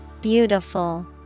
Beautiful